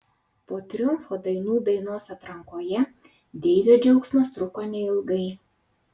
po triumfo dainų dainos atrankoje deivio džiaugsmas truko neilgai